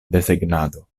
desegnado